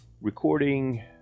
Recording